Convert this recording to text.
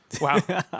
Wow